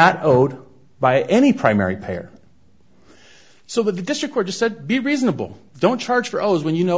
not owed by any primary payer so that this record just said be reasonable don't charge for always when you know